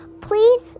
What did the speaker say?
please